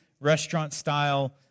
restaurant-style